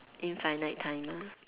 infinite time ah